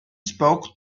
spoke